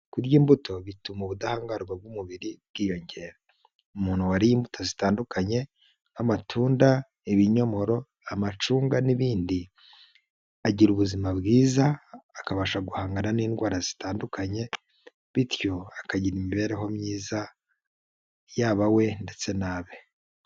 Kurya imbuto bituma ubudahangarwa bw'umubiri bwiyongera, umuntu wariye imbuto zitandukanye nk'amatunda, ibinyomoro, amacunga n'ibindi agira ubuzima bwiza akabasha guhangana n'indwara zitandukanye, bityo akagira imibereho myiza yaba we ndetse nabe.